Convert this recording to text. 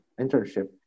internship